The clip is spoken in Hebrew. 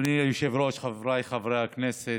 אדוני היושב-ראש, חבריי חברי הכנסת,